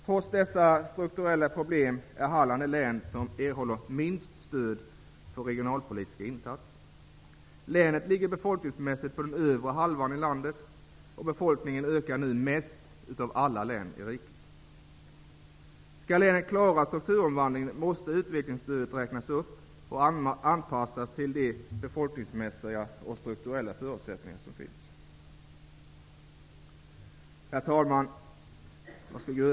Trots dessa strukturella problem är Halland det län som erhåller minst stöd för regionalpolitiska insatser. Länet ligger befolkningsmässigt på den övre halvan av listan över hela landet, och länets befolkning ökar nu mest jämfört med alla län i riket. Om länet skall klara strukturomvandlingen, måste utvecklingsstödet räknas upp och anpassas till de befolkningsmässiga och strukturella förutsättningar som finns.